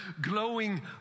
glowing